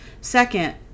Second